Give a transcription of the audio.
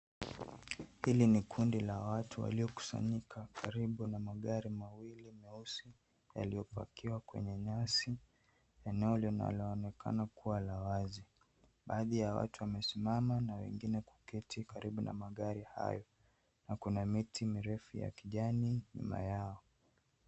Hili ni kundi la watu waliokusanyika karibu na magari mawili meusi yaliyopakiwa kwenye nyasi, eneo linaloonekana kuwa la wazi. Baadhi ya watu wamesimama na wengine kuketi karibu na magari hayo, na kuna miti mirefu ya kijani nyuma yao.